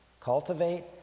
Cultivate